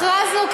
הכרזנו.